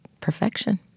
perfection